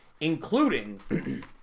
including